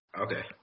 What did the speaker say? Okay